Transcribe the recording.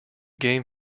game